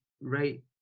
right